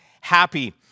happy